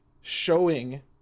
showing